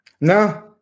No